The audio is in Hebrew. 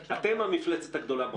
אתם המפלצת הגדולה בחדר.